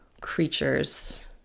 creatures